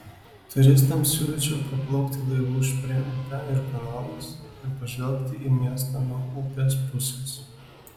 turistams siūlyčiau praplaukti laivu šprė upe ir kanalais ir pažvelgti į miestą nuo upės pusės